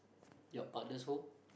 your partner's home